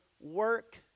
work